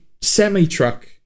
semi-truck